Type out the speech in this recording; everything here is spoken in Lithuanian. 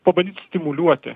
pabandyt stimuliuoti